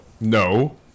no